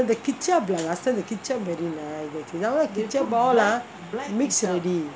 the kicap lah last time the kicap very nice now kicap all ah mix already